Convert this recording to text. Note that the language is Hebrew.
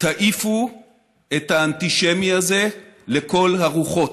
תעיפו את האנטישמי הזה לכל הרוחות.